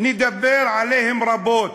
נדבר עליהם רבות,